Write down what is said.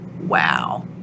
Wow